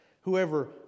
whoever